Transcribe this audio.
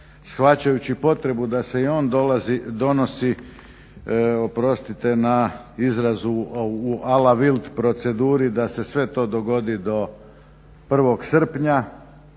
shvaćajući potrebu da se i on donosi, oprostite na izrazu u "a la wild" proceduri da se sve to dogodi do 1. srpnja